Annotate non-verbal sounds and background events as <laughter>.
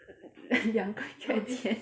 <laughs> 钱